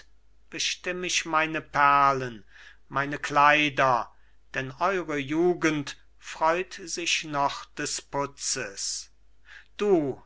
ich meine perlen meine kleider denn eure jugend freut sich noch des putzes du